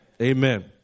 Amen